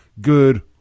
good